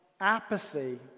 apathy